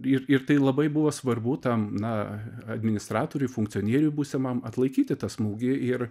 ir ir tai labai buvo svarbu tam na administratoriui funkcionieriui būsimam atlaikyti tą smūgį ir